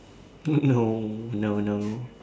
no no no